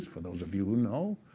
for those of you who know,